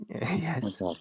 Yes